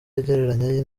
agereranya